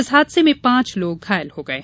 इस हादसे में पांच लोग घायल हो गये